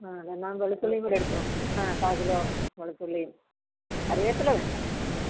ആ എന്നാൽ വെളുത്തുള്ളിയും കൂടെ എടുത്തോ ആ കാക്കിലോ വെളുത്തുള്ളിയും കറിവേപ്പില വേണ്ട ഹമ്മ്